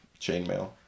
chainmail